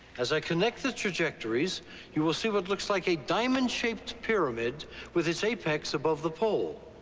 as i connect the trajectories you will see what looks like a diamond-shaped pyramid with its apex above the pole.